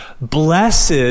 Blessed